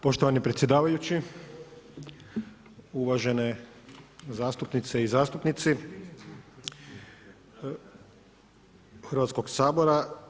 Poštovani predsjedavajući, uvažene zastupnice i zastupnici Hrvatskoga sabora.